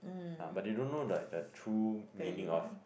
ah but they don't know like the true meaning of